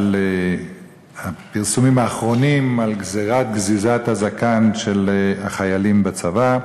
של הפרסומים האחרונים על גזירת גזיזת הזקן של החיילים בצבא.